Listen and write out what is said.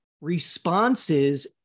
responses